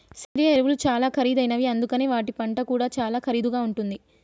సేంద్రియ ఎరువులు చాలా ఖరీదైనవి అందుకనే వాటి పంట కూడా చాలా ఖరీదుగా ఉంటుంది